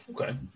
Okay